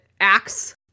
axe